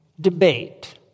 debate